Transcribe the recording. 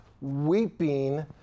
weeping